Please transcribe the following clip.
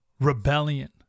rebellion